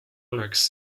oleks